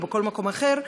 או בכל מקום אחר,